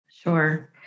Sure